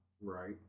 Right